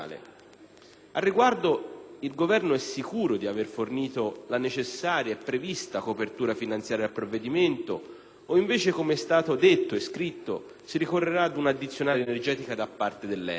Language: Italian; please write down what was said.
Al riguardo, il Governo è sicuro di aver fornito la necessaria e prevista copertura finanziaria al provvedimento o invece, come è stato detto e scritto, si ricorrerà ad un'addizionale energetica da parte dell'ENI?